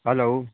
hello